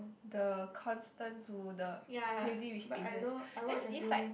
the Constance Wu the Crazy Rich Asians then it's like